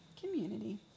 Community